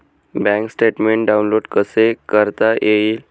Bank statement download कसे करता येईल?